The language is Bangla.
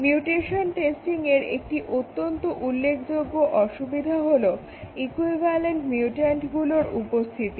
মিউটেশন টেস্টিংয়ের একটি অত্যন্ত উল্লেখযোগ্য অসুবিধা হলো ইকুইভ্যালেন্ট মিউট্যান্টগুলোর উপস্থিতি